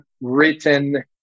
written